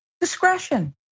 discretion